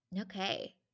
Okay